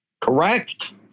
Correct